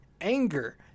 Anger